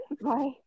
Bye